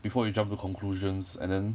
before you jump to conclusions and then